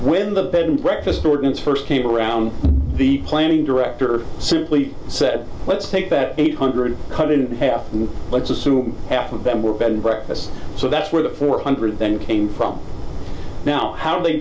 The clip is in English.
when the bed and breakfast ordinance first came around the planning director simply said let's take that eight hundred cut in half and let's assume half of them were bed and breakfast so that's where the four hundred then came from now how